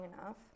enough